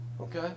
okay